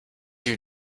you